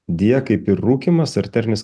deja kaip ir rūkymas arterinis